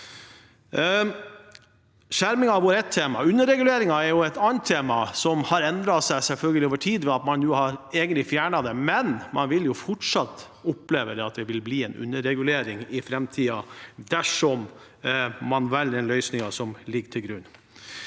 Skjerming har vært et tema. Underreguleringen er et annet tema som har endret seg, selvfølgelig over tid, ved at man nå egentlig har fjernet den, men man vil fortsatt oppleve at det vil bli en underregulering i framtiden dersom man velger den løsningen som ligger til grunn.